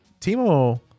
Timo